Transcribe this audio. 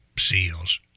seals